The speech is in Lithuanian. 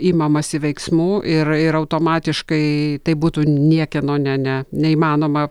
imamasi veiksmų ir ir automatiškai tai būtų niekieno ne ne neįmanoma